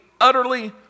utterly